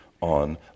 on